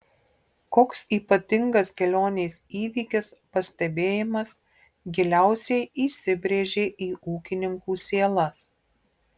koks ypatingas kelionės įvykis pastebėjimas giliausiai įsibrėžė į ūkininkų sielas